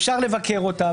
אפשר לבקר אותה,